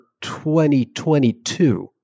2022